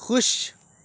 خوش